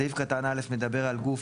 סעיף קטן א' מדבר על גוף